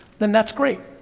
then that's great,